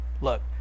look